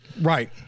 Right